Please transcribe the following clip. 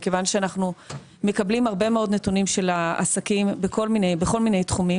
מכיוון שאנחנו מקבלים הרבה מאוד נתונים של העסקים בכל מיני תחומים,